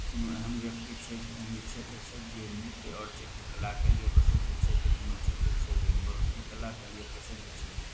कोनो एहन व्यक्ति छथि एहन क्षेत्र छथि जे नृत्य आओर चित्रकलाके लिए प्रसिद्ध छथि कोनो क्षेत्र छै जे मूर्तिकलाके लिए प्रसिद्ध छै